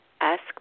ask